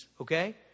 okay